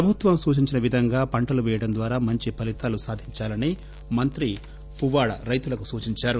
ప్రభుత్వం సూచించిన విధంగా పంటలు వేయడం ద్వారా మంచి ఫలితాలు సాధించాలని మంత్రి పువ్వాడ రైతులకు సూచించారు